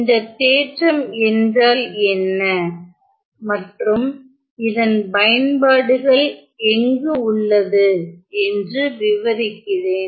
இந்த தேற்றம் என்றால் என்ன மற்றும் இதன் பயன்பாடுகள் எங்கு உள்ளது என்று விவரிக்கிறேன்